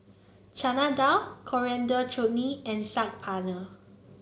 Chana Dal Coriander Chutney and Saag Paneer